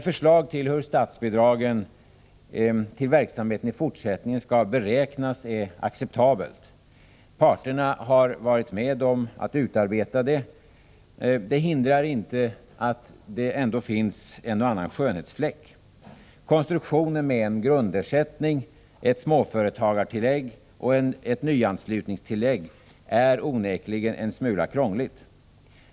Förslaget till hur statsbidragen till verksamheten i fortsättningen skall beräknas är acceptabelt. Parterna har varit med om att utarbeta det. Detta hindrar inte att det ändå finns en och annan skönhetsfläck. Konstruktionen med en grundersättning, ett småföretagartillägg och ett nyanslutningstillägg är onekligen en smula krånglig.